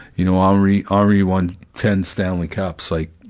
you know, henri, henri won ten stanley cups like,